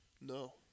No